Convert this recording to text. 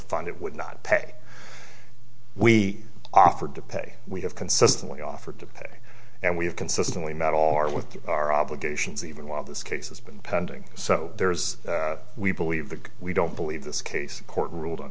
fund it would not pay we offered to pay we have consistently offered to pay and we have consistently met all our with our obligations even while this case has been pending so there's we believe the we don't believe this case court ruled on